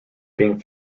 being